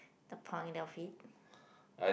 the point of it